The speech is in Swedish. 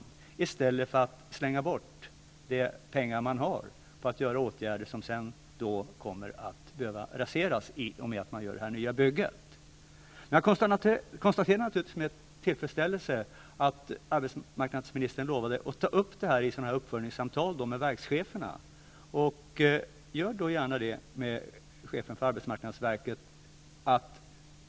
Detta vore en möjlighet i stället för att slänga bort de pengar man har på åtgärder som kommer att raseras i och med att man bygger nytt. Jag konstaterar naturligtvis med tillfredsställelse att arbetsmarknadsministern lovade att ta upp denna fråga i uppföljningssamtal med verkscheferna. Gör gärna det med chefen för arbetsmarknadsverket.